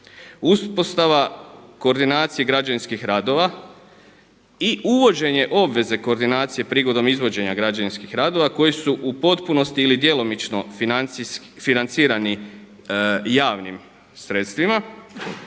uspostava koordinacije građevinskih radova i uvođenje obveze koordinacije prigodom izvođenja građevinskih radova koji su u potpunosti ili djelomično financirani javnih sredstvima,